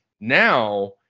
now